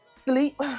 sleep